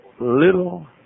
little